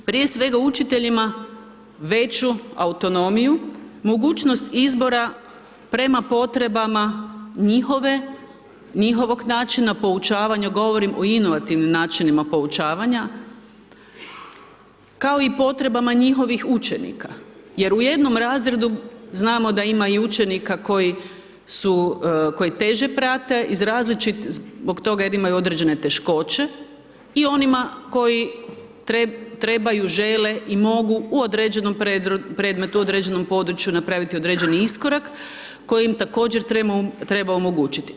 Prije svega učiteljima veću autonomiju, mogućnost izbora prema potrebama njihove, njihovog načina poučavanja govorim o inovativnim načinima poučavanja, kao i potrebama njihovih učenika, jer u jednom razredu znamo da imama i učenika koji su koji teže prate iz različitih, zbog toga jer imaju određene teškoće i onima koji trebaju žele i mogu u određenom predmetu, u određenom području napraviti određeni iskorak koji im također treba omogućiti.